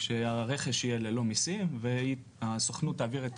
שהרכש יהיה ללא מסים והסוכנות תעביר את